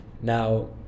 Now